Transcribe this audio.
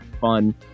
fun